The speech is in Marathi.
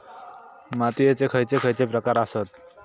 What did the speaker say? मातीयेचे खैचे खैचे प्रकार आसत?